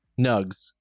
nugs